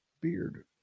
Beard